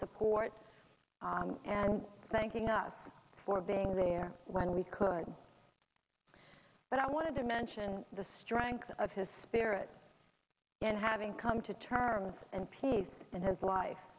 support and thanking us for being there when we could but i wanted to mention the frank of his spirit and having come to terms and peace in his life